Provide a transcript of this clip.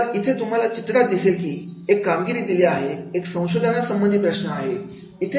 तर इथे तुम्हाला चित्रात दिसेल की एक कामगिरी दिलेली आहे एक संशोधनासंबंधी प्रश्न आहे